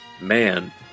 man